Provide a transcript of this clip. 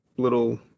little